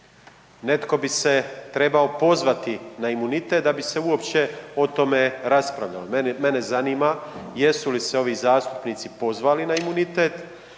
Netko bi se trebao pozvati na imunitet, da bi se uopće o tome raspravljalo. Mene zanima jesu li se ovi zastupnici pozvali na imunitet,